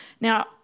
Now